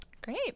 great